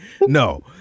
no